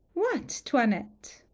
what, toinette?